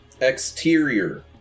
Exterior